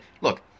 look